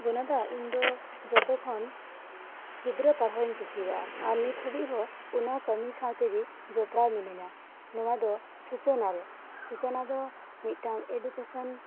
ᱜᱩᱱᱟᱹ ᱫᱟ ᱤᱧ ᱫᱚ ᱡᱚᱛᱚ ᱠᱷᱚᱱ ᱜᱤᱫᱽᱨᱟᱹ ᱯᱟᱲᱦᱟᱣ ᱤᱧ ᱠᱩᱥᱤᱭᱟᱜᱼᱟ ᱟᱨ ᱱᱤᱛᱦᱟᱹᱵᱤᱡ ᱦᱚᱸ ᱚᱱᱟ ᱠᱟᱹᱢᱤ ᱥᱟᱶ ᱛᱮᱜᱮ ᱡᱚᱯᱚᱲᱟᱣ ᱢᱤᱱᱟᱹᱧᱟ ᱱᱚᱣᱟ ᱫᱚ ᱥᱩᱪᱚᱱᱟ ᱨᱮ ᱥᱩᱪᱚᱱᱟ ᱫᱚ ᱢᱤᱫᱴᱟᱝ ᱮᱰᱩᱠᱮᱥᱚᱱ